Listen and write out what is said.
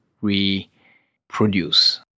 reproduce